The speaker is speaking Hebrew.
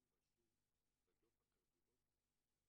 אם רשום בדוח הקרדיולוגי